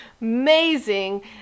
amazing